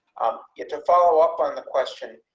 get to follow up on the question,